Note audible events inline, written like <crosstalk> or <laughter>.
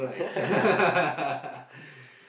<laughs>